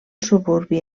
suburbi